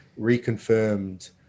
reconfirmed